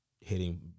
hitting